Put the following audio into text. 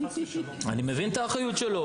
אני מבין את האחריות שלו.